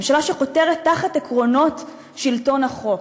ממשלה שחותרת תחת עקרונות שלטון החוק,